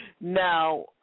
Now